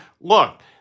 Look